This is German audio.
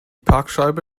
parkscheibe